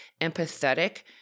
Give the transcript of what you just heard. empathetic